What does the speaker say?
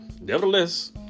nevertheless